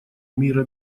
мира